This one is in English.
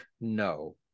no